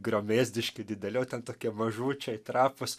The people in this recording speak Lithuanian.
griomėzdiški dideli o ten tokie mažučiai trapūs